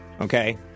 okay